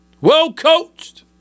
well-coached